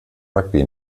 rugby